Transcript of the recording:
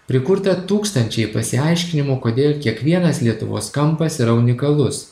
prikurta tūkstančiai pasiaiškinimų kodėl kiekvienas lietuvos kampas yra unikalus